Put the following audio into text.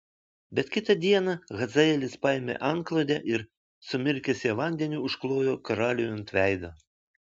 bet kitą dieną hazaelis paėmė antklodę ir sumirkęs ją vandeniu užklojo karaliui ant veido